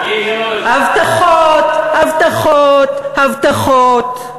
הבטחות, הבטחות, הבטחות.